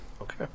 Okay